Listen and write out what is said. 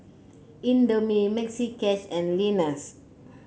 Indomie Maxi Cash and Lenas